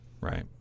Right